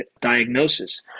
diagnosis